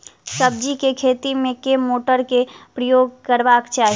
सब्जी केँ खेती मे केँ मोटर केँ प्रयोग करबाक चाहि?